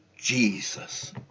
jesus